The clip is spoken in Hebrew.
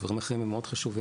דברים אחרים הם מאוד חשובים,